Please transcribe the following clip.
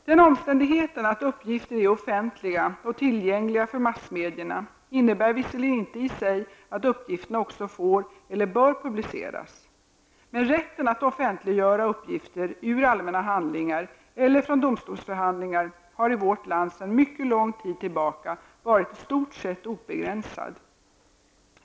Den omständigheten att uppgifter är offentliga och tillgängliga för massmedierna innebär visserligen inte i sig att uppgifterna också får eller bör publiceras. Men rätten att offentliggöra uppgifter ur allmänna handlingar eller från domstolsförhandlingar har i vårt land sedan mycket lång tid tillbaka varit i stort sett obegränsad.